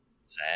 sad